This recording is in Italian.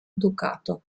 ducato